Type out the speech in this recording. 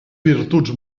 virtuts